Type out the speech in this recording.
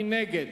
מי נגד?